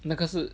那个是